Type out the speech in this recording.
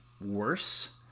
worse